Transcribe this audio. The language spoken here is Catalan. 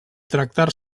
tractar